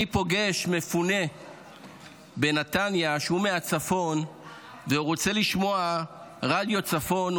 פוגש מפונה בנתניה שהוא מהצפון ורוצה לשמוע רדיו צפון,